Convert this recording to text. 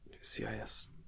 CIS